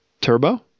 Turbo